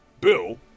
Bill